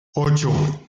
ocho